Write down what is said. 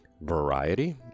variety